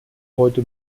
heute